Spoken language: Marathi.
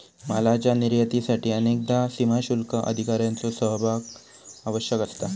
मालाच्यो निर्यातीसाठी अनेकदा सीमाशुल्क अधिकाऱ्यांचो सहभाग आवश्यक असता